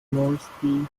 moresby